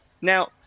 Now